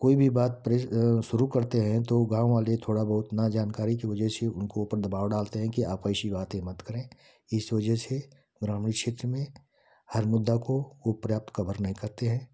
कोई भी बात प्रिज शुरू करते हैं तो गाँव वाले थोड़ा बहुत ना जानकारी की वजह से उनको पर दबाव डालते हैं कि आप ऐसी बातें मत करें इस वजह से ग्रामीण क्षेत्र में हर मुद्दा को पर्याप्त कवर नहीं करते हैं